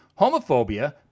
homophobia